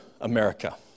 America